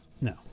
No